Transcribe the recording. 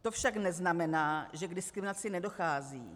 To však neznamená, že k diskriminaci nedochází.